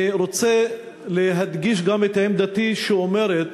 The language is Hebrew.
אני רוצה להדגיש גם את עמדתי, שאומרת,